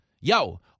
Yo